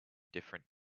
different